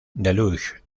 deluxe